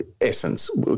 essence